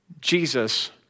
Jesus